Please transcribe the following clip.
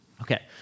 Okay